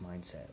mindset